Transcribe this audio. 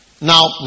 Now